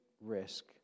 risk